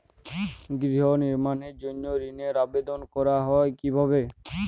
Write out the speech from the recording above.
গৃহ নির্মাণের জন্য ঋণের আবেদন করা হয় কিভাবে?